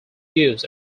use